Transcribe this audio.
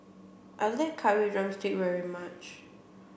I like curry drumstick very much